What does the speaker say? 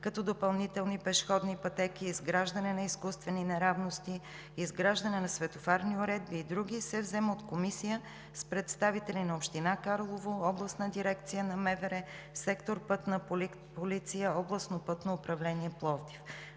като допълнителни пешеходни пътеки, изграждане на изкуствени неравности, изграждане на светофарни уредби и други се взема от комисия с представители на община Карлово, Областна дирекция на МВР, сектор „Пътна полиция“, Областно пътно управление – Пловдив.